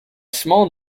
small